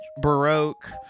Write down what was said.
baroque